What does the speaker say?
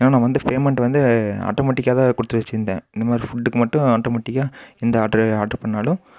ஏன்னா நான் வந்து பேமண்ட் வந்து ஆட்டோமோட்டிக்காக தான் கொடுத்து வச்சிருந்தேன் இந்தமாதிரி ஃபுட்டுக்கு மட்டும் ஆட்டோமோட்டிக்காக எந்த ஆட்ரு ஆட்ரு பண்ணிணாலும்